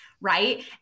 right